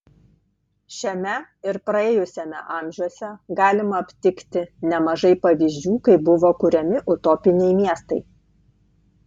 šiame ir praėjusiame amžiuose galima aptikti nemažai pavyzdžių kai buvo kuriami utopiniai miestai